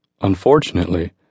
Unfortunately